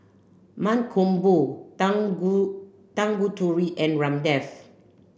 Mankombu Tangu Tanguturi and Ramdev